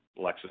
Lexus